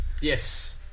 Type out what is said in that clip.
Yes